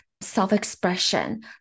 self-expression